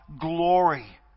glory